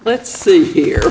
let's see here